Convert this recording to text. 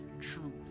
truth